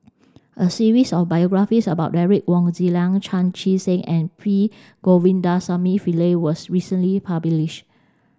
a series of biographies about Derek Wong Zi Liang Chan Chee Seng and P Govindasamy Pillai was recently published